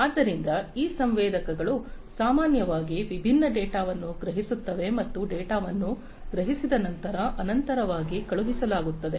ಆದ್ದರಿಂದ ಈ ಸಂವೇದಕಗಳು ಸಾಮಾನ್ಯವಾಗಿ ವಿಭಿನ್ನ ಡೇಟಾವನ್ನು ಗ್ರಹಿಸುತ್ತವೆ ಮತ್ತು ಈ ಡೇಟಾವನ್ನು ಗ್ರಹಿಸಿದ ನಂತರ ನಿರಂತರವಾಗಿ ಕಳುಹಿಸಲಾಗುತ್ತದೆ